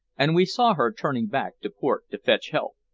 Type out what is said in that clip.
and we saw her turning back to port to fetch help.